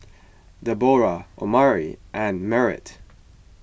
Deborrah Omari and Merritt